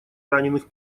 раненых